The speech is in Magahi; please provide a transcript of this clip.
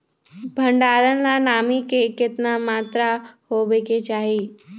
भंडारण ला नामी के केतना मात्रा राहेके चाही?